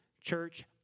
Church